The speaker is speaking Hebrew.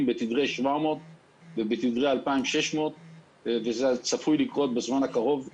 בתדרי 700 ובתדרי 2,600. זה צפוי לקרות בזמן הקרוב,